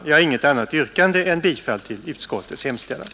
Jag har inget annat yrkande än om bifall till utskottets hemställan.